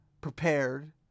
prepared